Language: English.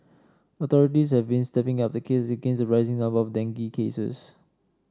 authorities have been stepping up the against rising number of dengue cases